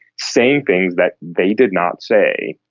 saying things that they did not say,